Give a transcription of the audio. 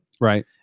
right